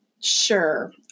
Sure